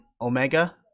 omega